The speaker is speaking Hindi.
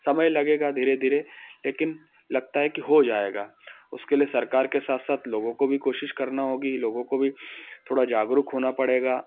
समय लगेगा धीरे धीरे लेकिन लगता है कि हो जाएगा उसके लिए सरकार के साथ साथ लोगों को भी कोशिश करना होगी लोगों को भी थोड़ा जागरूक होना पड़ेगा